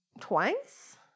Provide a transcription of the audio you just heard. twice